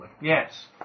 Yes